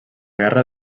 guerra